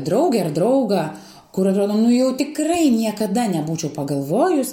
draugę ir draugą kur atrodo nu jau tikrai niekada nebūčiau pagalvojus